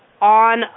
on